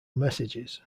messages